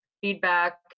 feedback